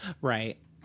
Right